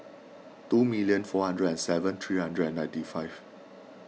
two million four hundred and seven three hundred and ninety five